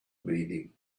meaning